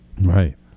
Right